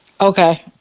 Okay